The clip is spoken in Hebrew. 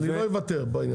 אני לא אוותר בעניין.